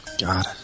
God